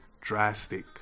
drastic